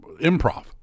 improv